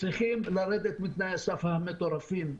צריכים לרדת מתנאי הסף המטורפים.